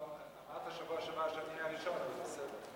לא, אמרת בשבוע שעבר שאני אהיה הראשון, אז בסדר.